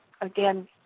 again